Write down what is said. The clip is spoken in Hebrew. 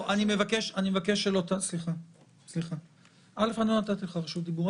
לא נתתי לך רשות דיבור.